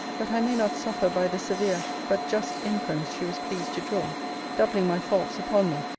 that i may not suffer by the severe, but just inference she was pleased to draw doubling my faults upon me,